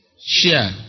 share